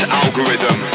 algorithm